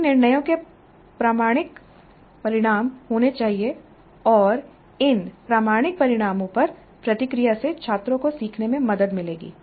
इन निर्णयों के प्रामाणिक परिणाम होने चाहिए और इन प्रामाणिक परिणामों पर प्रतिक्रिया से छात्रों को सीखने में मदद मिलेगी